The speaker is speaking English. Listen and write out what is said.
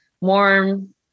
warm